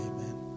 Amen